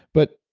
but,